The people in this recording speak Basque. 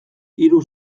hiru